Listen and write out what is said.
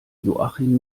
joachim